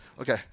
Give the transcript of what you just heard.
Okay